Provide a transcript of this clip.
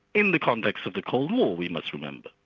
in the context of the cold war, we must remember.